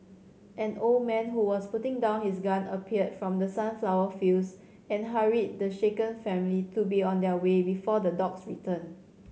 an old man who was putting down his gun appeared from the sunflower fields and hurried the shaken family to be on their way before the dogs return